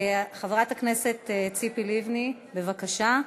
חברת הכנסת ציפי לבני, בבקשה.